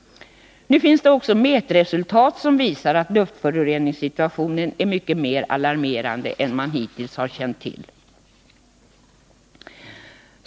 Nu finns det också mätresultat som visar att luftföroreningssituationen är mycket mer alarmerande än man hittills känt till.